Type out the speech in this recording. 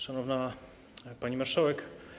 Szanowna Pani Marszałek!